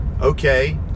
Okay